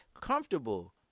comfortable